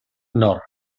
nord